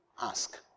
ask